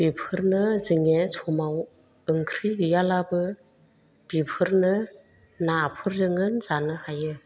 बेफोरनो जोङे समाव ओंख्रि गैयालाबो बिफोरनो नाफोरजोंनो जानो हायो